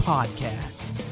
Podcast